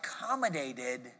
accommodated